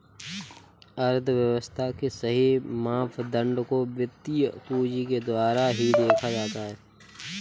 अर्थव्यव्स्था के सही मापदंड को वित्तीय पूंजी के द्वारा ही देखा जाता है